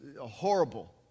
horrible